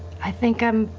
i think i'm.